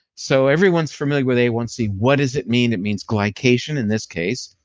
so everyone's familiar with a one c. what is it mean? it means glycation in this case,